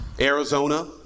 Arizona